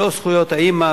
לא זכויות האמא,